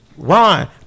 Ron